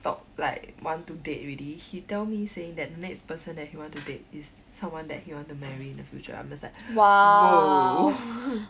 thought like want to date already he tell me saying that next person that he want to date is someone that he want to marry in the future I'm just like !whoa!